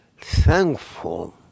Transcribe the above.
thankful